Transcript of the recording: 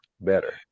better